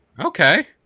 Okay